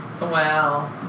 Wow